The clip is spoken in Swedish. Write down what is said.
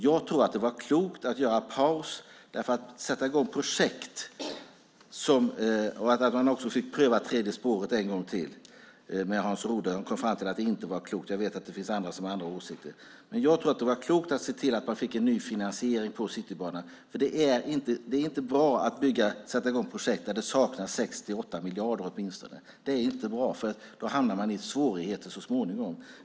Jag tror att det var klokt att göra en paus och pröva frågan om tredje spåret en gång till. Hans Rode kom fram till att det inte var klokt. Jag vet att det finns andra som har andra åsikter. Jag tror att det var klokt att se till att det blev en ny finansiering av Citybanan. Det är inte bra att sätta i gång projekt där det saknas åtminstone 6-8 miljarder. Det är inte bra, för då hamnar man i svårigheter så småningom.